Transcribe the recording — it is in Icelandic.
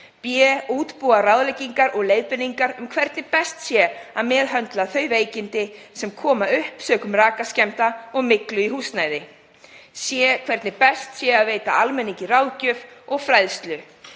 að útbúa ráðleggingar og leiðbeiningar um hvernig sé best að meðhöndla þau veikindi sem koma upp sökum rakaskemmda og myglu í húsnæði; hvernig best sé að veita almenningi ráðgjöf og fræðslu;